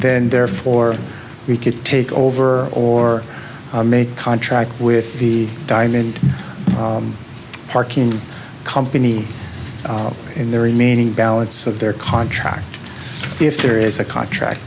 then therefore we could take over or make a contract with the diamond park in company in the remaining balance of their contract if there is a contract